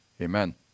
Amen